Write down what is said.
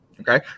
Okay